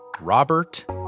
Robert